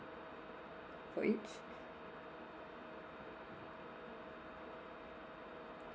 for each